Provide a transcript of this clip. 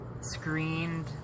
screened